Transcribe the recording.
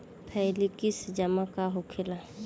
Flexi जमा का होखेला?